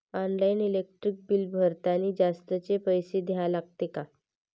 Online electric bill भरतानी जास्तचे पैसे द्या लागते का?